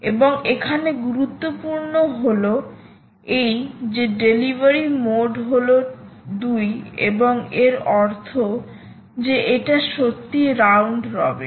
এবং এখানে গুরুত্বপূর্ণ হলো এই যে ডেলিভারি মোড delivery mode হল 2 এর অর্থ যে এটা সত্যি রাউন্ড রবিন